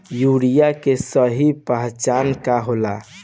Urea के सही पहचान का होला?